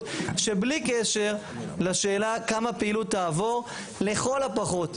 שבלי קשר לשאלה כמה פעילות תעבור לכל הפחות,